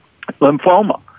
lymphoma